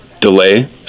delay